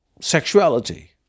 sexuality